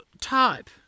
type